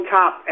top